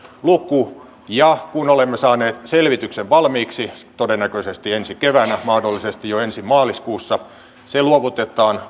luku ja kun olemme saaneet selvityksen valmiiksi todennäköisesti ensi keväänä mahdollisesti jo ensi maaliskuussa se luovutetaan